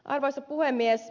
arvoisa puhemies